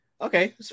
Okay